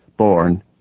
born